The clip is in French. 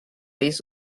les